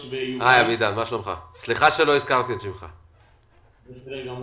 צריך לוודא שמדינת ישראל איננה גוזלת